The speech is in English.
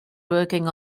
working